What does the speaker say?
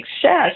success